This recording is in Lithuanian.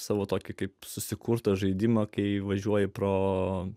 savo tokį kaip susikurtą žaidimą kai važiuoji pro